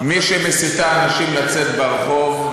מי שמסיתה אנשים לצאת לרחוב,